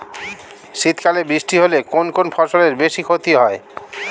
শীত কালে বৃষ্টি হলে কোন কোন ফসলের বেশি ক্ষতি হয়?